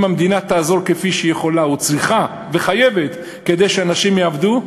אם המדינה תעזור כפי שהיא יכולה וצריכה וחייבת כדי שאנשים יעבדו,